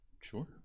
Sure